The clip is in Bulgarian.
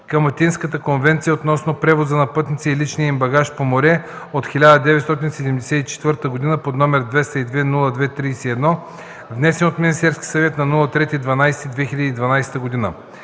към Атинската конвенция относно превоза на пътници и личния им багаж по море от 1974 г., № 202-02-31, внесен от Министерски съвет на 3 декември 2012 г.